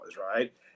right